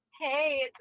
Hey